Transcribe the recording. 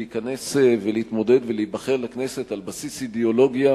להיכנס ולהתמודד ולהיבחר לכנסת על בסיס אידיאולוגיה